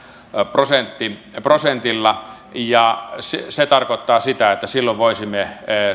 prosentilla ja se se tarkoittaa sitä että silloin voisimme